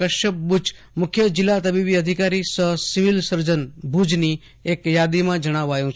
કશ્યપ બુચ મુખ્ય જિલ્લા તબીબી અધિકારી સહ સિવિલ સર્જન ભૂજ કચ્છની યાદીમાં જણાવાયું છે